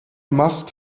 must